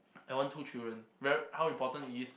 I want two children ver~ how important it is